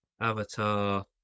Avatar